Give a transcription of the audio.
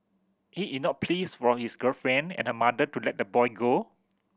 he ignored pleas from his girlfriend and her mother to let the boy go